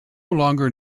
longer